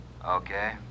okay